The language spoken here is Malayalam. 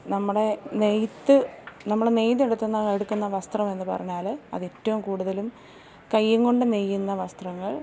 നമ്മുടെ നെയ്ത്ത് നമ്മള് നെയ്തെടുത്തുന്ന എടുക്കുന്ന വസ്ത്രമെന്ന് പറഞ്ഞാല് അതേറ്റവും കൂട്തലും കയ്യും കൊണ്ട് നെയ്യുന്ന വസ്ത്രങ്ങൾ